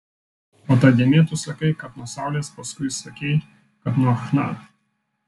o ta dėmė tu sakai kad nuo saulės paskui sakei kad nuo chna